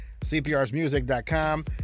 CPRsmusic.com